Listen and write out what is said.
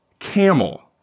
Camel